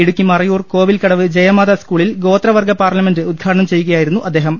ഇടുക്കി മറയൂർ കോവിൽകടവ് ജയമാതാ സ്കൂളിൽ ഗോത്രവർഗുപാർല മെന്റ് ഉദ്ഘാടനം ചെയ്യുകയായിരുന്നു അദ്ദേഹം